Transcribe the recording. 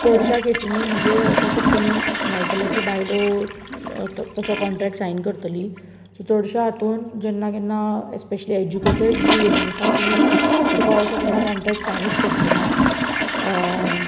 चडश्या केसिनी म्हणजे अशें खूब कमी मेळटलें की बायलो तसो कॉनट्रेक्ट सायन करतलीं सो चडश्या हातून जेन्ना केन्ना स्पेशली एज्युकेटीड जी विमन आसात तीं तुका असो केन्नाच कॉनट्रेक्ट सायनूच करचीं नात